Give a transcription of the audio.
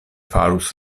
farus